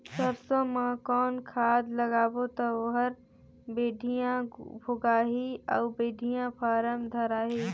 सरसो मा कौन खाद लगाबो ता ओहार बेडिया भोगही अउ बेडिया फारम धारही?